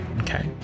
Okay